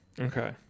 Okay